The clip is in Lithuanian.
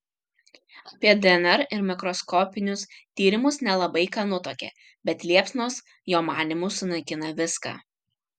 apie dnr ir mikroskopinius tyrimus nelabai ką nutuokė bet liepsnos jo manymu sunaikina viską